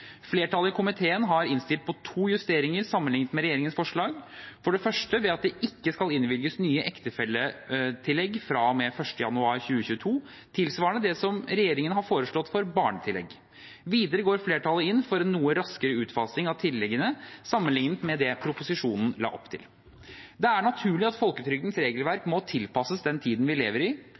Flertallet i komiteen har innstilt på to justeringer sammenlignet med regjeringens forslag, for det første ved at det ikke skal innvilges nye ektefelletillegg fra og med 1. januar 2022, tilsvarende det som regjeringen har foreslått for barnetillegg. Videre går flertallet inn for en noe raskere utfasing av tilleggene sammenlignet med det proposisjonen la opp til. Det er naturlig at folketrygdens regelverk må tilpasses den tiden vi lever i.